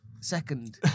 second